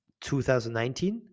2019